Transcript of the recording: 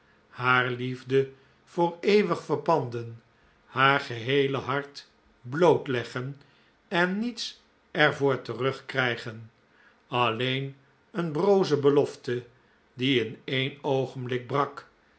haar liefde voor eeuwig verpanden haar geheele hart blootleggen en niets er voor terugkrijgen alleen een brooze belofte die in een oogenblik brak